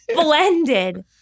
Blended